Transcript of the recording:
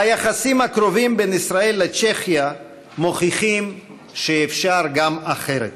היחסים הקרובים בין ישראל לצ'כיה מוכיחים שאפשר גם אחרת.